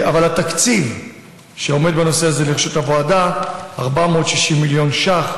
אבל התקציב שעומד בנושא הזה לרשות הוועדה הוא 460 מיליון ש"ח,